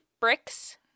bricks